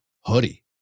hoodie